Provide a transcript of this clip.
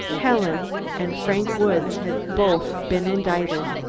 helen and frank woods had both been indicted.